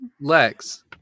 Lex